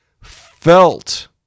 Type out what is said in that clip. felt